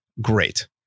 great